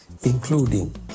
including